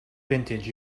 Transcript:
vintage